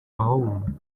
home